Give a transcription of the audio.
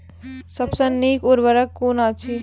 सबसे नीक उर्वरक कून अछि?